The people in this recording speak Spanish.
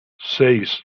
seis